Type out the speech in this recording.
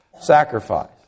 sacrifice